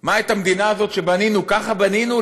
מה, את המדינה הזאת, שבנינו, ככה בנינו?